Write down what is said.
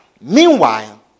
meanwhile